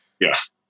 Yes